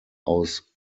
aus